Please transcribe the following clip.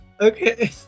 Okay